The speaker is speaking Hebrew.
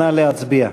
נא להצביע.